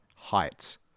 Heights